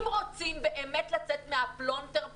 אם רוצים באמת לצאת מהפלונטר פה,